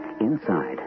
Inside